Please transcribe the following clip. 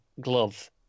glove